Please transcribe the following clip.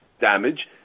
damage